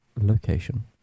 location